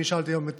אני שאלתי היום את